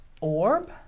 orb